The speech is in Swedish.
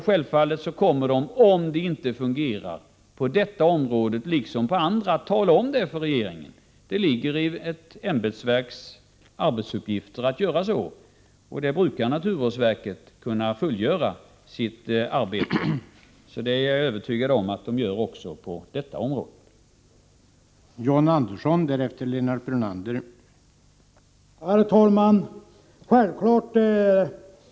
Självfallet kommer man, om det hela inte fungerar, att på detta område, liksom på alla andra områden, tala om det för regeringen. Det ligger iett ämbetsverks arbetsuppgifter att göra så. Naturvårdsverket brukar kunna fullgöra sitt arbete. Jag är övertygad att det gör det också på detta område.